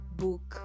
book